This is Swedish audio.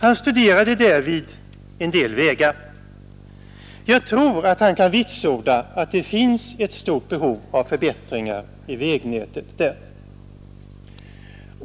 Han studerade därvid en del vägar. Jag tror att han kan vitsorda att det finns ett stort behov av förbättringar av vägnätet där.